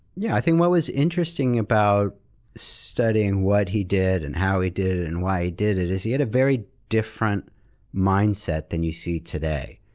yeah. i think what was interesting about studying what he did, and how he did it, and why he did it, is he had a very different mindset than you see today.